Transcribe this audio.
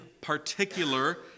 particular